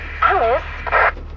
Alice